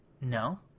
No